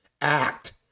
act